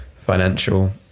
financial